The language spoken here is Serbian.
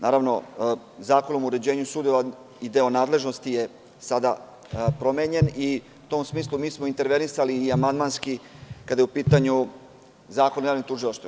Naravno, Zakonom o uređenju sudova i deo nadležnosti je sada promenjen i u tom smislu mi smo intervenisali i amandmanski kada je u pitanju Zakon o javnim tužilaštvima.